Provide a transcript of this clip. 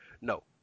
no